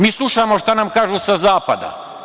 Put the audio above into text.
Mi slušamo šta nam kažu sa zapada.